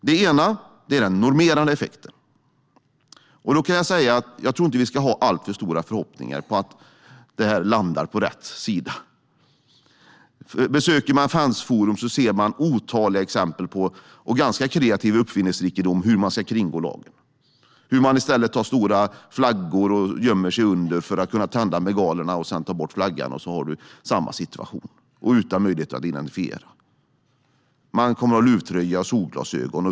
Det första är den normerande effekten. Jag tror inte att vi ska ha alltför stora förhoppningar om att det landar på rätt sida. Besöker man fanforum ser man otaliga exempel på ganska kreativ uppfinningsrikedom när det gäller hur de ska kringgå lagen. De ska i stället ta stora flaggor, gömma sig under dem för att tända bengalerna och sedan ta bort flaggan, och så har du samma situation och utan möjlighet att identifiera. De kommer att ha luvtröja och solglasögon.